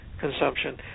consumption